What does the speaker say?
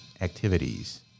activities